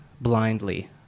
blindly